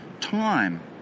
time